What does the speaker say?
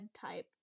type